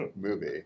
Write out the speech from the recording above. movie